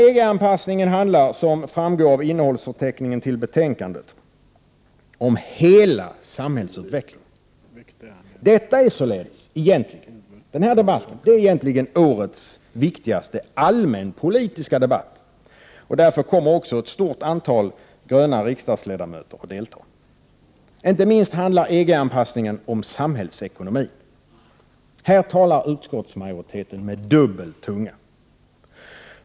EG-anpassningen handlar, som framgår av innehållsförteckningen i betänkandet, om hela samhällsutvecklingen. Den här debatten är egentligen årets viktigaste allmänpolitiska debatt. Därför kommer också ett stort antal ledamöter från miljöpartiet de gröna att delta. Inte minst handlar EG-anpassningen om samhällsekonomi. Här talar utskottsmajoriteten med dubbel tunga.